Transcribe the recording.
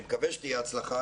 ואני מקווה שתהיה הצלחה,